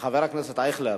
חבר הכנסת אייכלר,